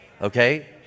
Okay